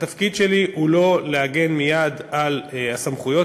התפקיד שלי הוא לא להגן מייד על הסמכויות